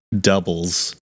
doubles